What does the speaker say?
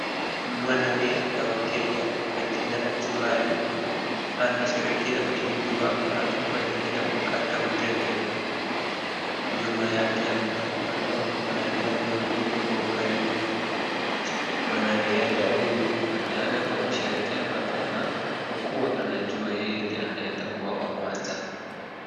Mwanariadha wa Kenya kwa jina la Kimani anasherejkea ushindi wake anapoelekea kukata utepe. Nyuma yake amefatwa na wanariadha wengine kwa ukaribu. Mwanariadha huyu ameanza kwa kusherekea mapema kwa kuwa anajua yeye ndiye anaenda kuwa wa kwanza.